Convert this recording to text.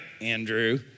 Andrew